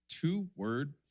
two-word